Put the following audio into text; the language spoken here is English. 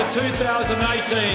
2018